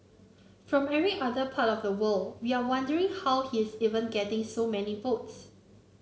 from every other part of the world we are wondering how he is even getting so many votes